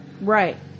Right